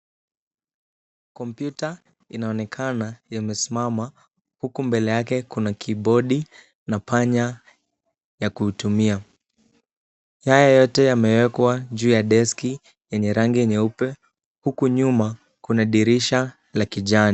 Kompyuta inaonekana imesimama huku mbele yake kuna kibodi na panya ya kutumia. Haya yote yamewekwa juu ya deski yenye rangi nyeupe huku nyuma kuna dirisha la kijani.